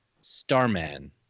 Starman